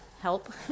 help